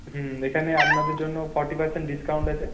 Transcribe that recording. হুম এখানে আপনাদের জন্য ফর্টি পারসেন্ট ডিসকাউন্ট আছে